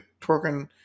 twerking